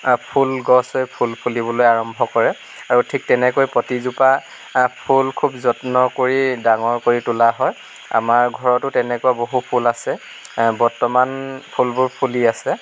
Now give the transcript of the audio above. ফুল গছ হৈ ফুল ফুলিবলৈ আৰম্ভ কৰে আৰু ঠিক তেনেকৈয়ে প্ৰতিজোপা ফুল খুব যত্ন কৰি ডাঙৰ কৰি তুলা হয় আমাৰ ঘৰতো তেনেকুৱা বহু ফুল আছে বৰ্তমান ফুলবোৰ ফুলি আছে